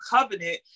covenant